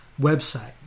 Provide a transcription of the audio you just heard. website